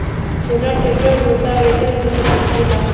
छोटा tractor rotavator भी चला सकेला?